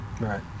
right